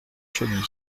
chauny